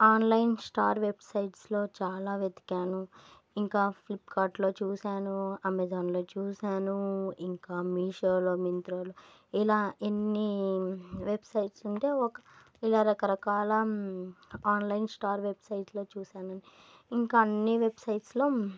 online store వెబ్సైట్స్లో చాలా వెతికాను ఇంకా ఫ్లిప్కార్ట్లో చూశాను అమెజాన్లో చూశాను ఇంకా మీషోలో మింత్రాలో ఇలా ఎన్ని వెబ్సైట్స్ ఉంటే ఒక ఇలా రకరకాల ఆన్లైన్ స్టార్ వెబ్సైట్స్లో చూశానండి ఇంకా అన్ని వెబ్సైట్స్లో